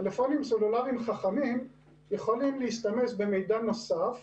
טלפונים סלולרים חכמים יכולים להשתמש במידע נוסף,